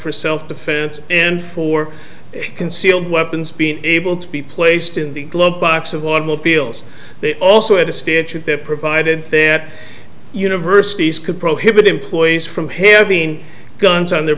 for self defense and for concealed weapons being able to be placed in the glove box of automobiles they also had a statute that provided that universities could prohibit employees from having guns on their